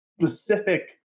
specific